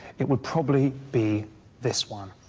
it would probably be this one.